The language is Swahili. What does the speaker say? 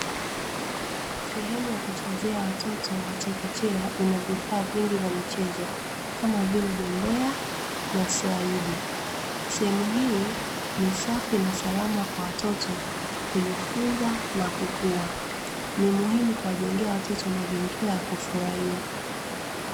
Sehemu ya kuchezea watoto wa chekechea ina vifaa vingi vya michezo kama vile bembea na slaidi, sehemu hii ni safi na salama kwa watoto kujifunza na kukua, ni muhimu kuwajengea watoto mazingira ya kufurahia.